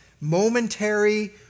momentary